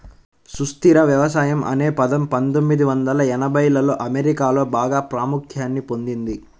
సుస్థిర వ్యవసాయం అనే పదం పందొమ్మిది వందల ఎనభైలలో అమెరికాలో బాగా ప్రాముఖ్యాన్ని పొందింది